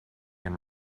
and